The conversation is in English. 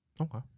Okay